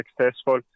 successful